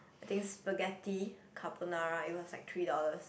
I think spaghetti carbonara is was like three dollars